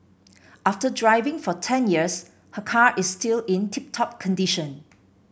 after driving for ten years her car is still in tip top condition